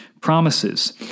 promises